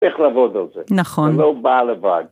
איך לעבוד על זה? נכון. זה לא בעל אבק.